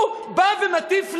הוא בא ומטיף לי,